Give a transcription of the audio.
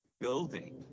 building